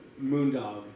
Moondog